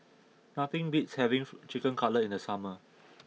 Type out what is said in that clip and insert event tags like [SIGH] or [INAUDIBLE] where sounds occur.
nothing beats having [NOISE] Chicken Cutlet in the summer [NOISE]